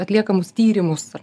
atliekamus tyrimus ar